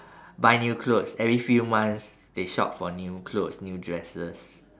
buy new clothes every few months they shop for new clothes new dresses